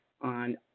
on